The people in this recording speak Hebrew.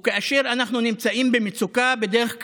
וכאשר אנחנו נמצאים במצוקה, בדרך כלל,